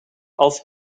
als